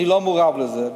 אני לא מעורב בזה.